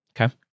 Okay